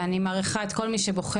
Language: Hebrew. ואני מעריכה את כל מי שבוחר,